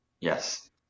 Yes